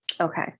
Okay